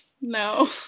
no